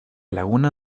laguna